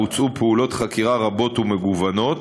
בוצעו פעולות חקירה רבות ומגוונות.